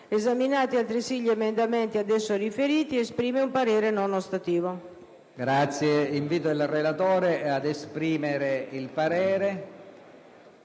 Esaminati altresì gli emendamenti ad esso riferiti, esprime un parere non ostativo».